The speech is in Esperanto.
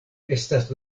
estas